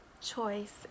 choice